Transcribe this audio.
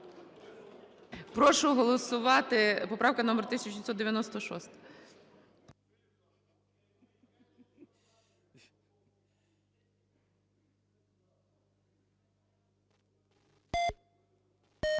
Прошу голосувати поправку номер 1899.